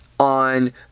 On